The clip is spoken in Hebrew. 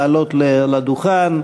לעלות לדוכן,